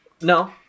No